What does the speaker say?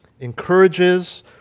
encourages